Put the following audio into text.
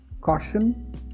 caution